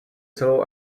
celou